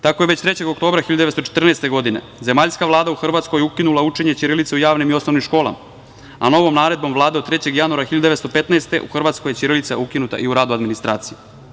Tako je već 3. oktobra 1914. godine Zemaljska vlada u Hrvatskoj ukinula učenje ćirilice u javnim i osnovnim školama, a novom naredbom Vlade od 3. januara 1915. godine u Hrvatskoj je ćirilica ukinuta i u radu administracije.